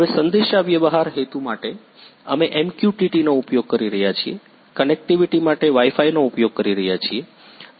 હવે સંદેશાવ્યવહાર હેતુ માટે અમે MQTT નો ઉપયોગ કરી રહ્યા છીએ કનેક્ટિવિટી માટે Wi Fi નો ઉપયોગ કરી રહ્યા છીએ